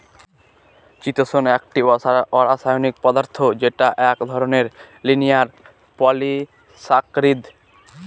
চিতোষণ একটি অরাষায়নিক পদার্থ যেটা এক ধরনের লিনিয়ার পলিসাকরীদ